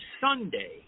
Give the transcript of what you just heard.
Sunday